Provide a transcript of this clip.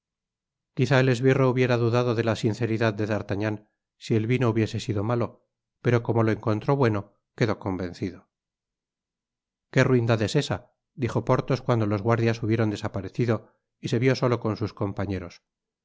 quizá el esbirro hubiera dudado de la sinceridad de d'artagnan si el vino hubiese sido malo pero como lo encontró bueno quedó convencido qué ruindad es esa dijo porthos cuando los guardias hubieron desaparecido y se vió solo con sus compañeros